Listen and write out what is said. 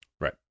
Right